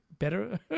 Better